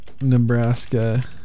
Nebraska